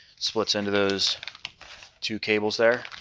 splits into those two cables there